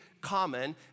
common